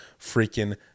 freaking